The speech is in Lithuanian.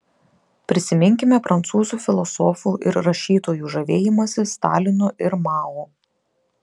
prisiminkime prancūzų filosofų ir rašytojų žavėjimąsi stalinu ir mao